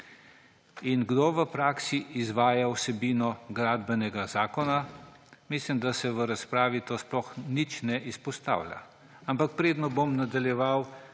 In kdo v praksi izvaja vsebino Gradbenega zakona? Mislim, da se to v razpravi sploh nič ne izpostavlja. Ampak preden bom nadaljeval,